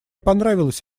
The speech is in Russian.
понравилась